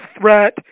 threat